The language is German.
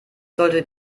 solltet